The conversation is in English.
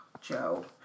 Joe